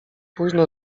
późno